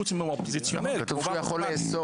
חוץ מאם הוא אופוזיציונר --- כתוב שהוא יכול לאסור.